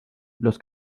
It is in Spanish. los